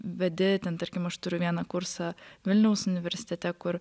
vedi ten tarkim aš turiu vieną kursą vilniaus universitete kur